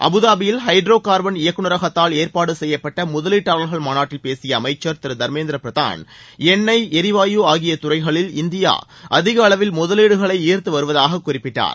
அபுதாபியில் ஹைட்ரோகார்பன் இயக்குநரகத்தால் ஏற்பாடு செய்யப்பட்ட முதலீட்டாளர்கள் மாநாட்டில் பேசிய அமைச்சர் திரு தர்மேந்திர பிரதான் எண்ணெய் எரிவாயு ஆகிய துறைகளில் இந்தியா அதிக அளவில் முதலீடுகளை ஈர்த்துவருவதாக குறிப்பிட்டார்